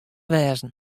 wêze